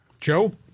Joe